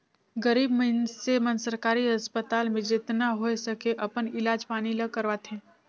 गरीब मइनसे मन सरकारी अस्पताल में जेतना होए सके अपन इलाज पानी ल करवाथें